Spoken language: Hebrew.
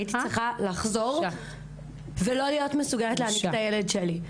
הייתי לחזור ולא להיות מסוגלת להיניק את הילד שלי.